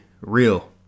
real